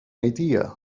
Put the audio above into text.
idea